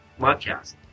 podcast